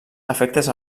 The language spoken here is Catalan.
afectes